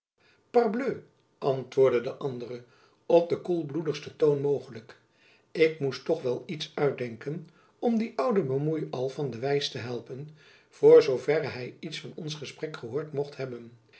parbleu antwoordde de andere op den koelbloedigsten toon mogelijk ik moest toch wel iets uitdenken om dien ouden bemoeial van de wijs te helpen voor zoo verre hy iets van ons gesprek gehoord mocht hebben